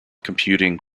computing